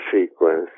sequence